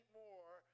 more